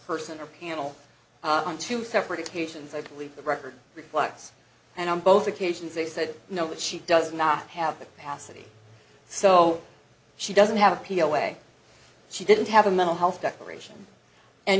person the panel on two separate occasions i believe the record reflects and on both occasions they said no that she does not have the capacity so she doesn't have a she didn't have a mental health declaration and